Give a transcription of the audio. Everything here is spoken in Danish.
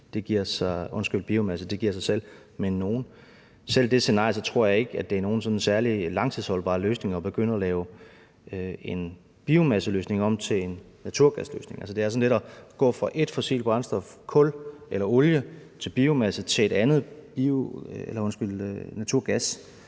det giver sig selv. Selv med det scenarie tror jeg ikke det er nogen sådan særlig langtidsholdbar løsning at begynde at lave en biomasseløsning om til en naturgasløsning. Det er sådan lidt at gå fra ét fossilt brændstof, kul eller olie, over til et andet ,